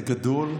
גדול,